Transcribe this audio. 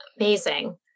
Amazing